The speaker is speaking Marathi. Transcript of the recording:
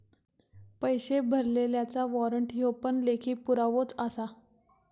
पैशे भरलल्याचा वाॅरंट ह्यो पण लेखी पुरावोच आसा